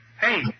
Hey